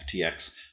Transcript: ftx